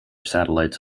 satellites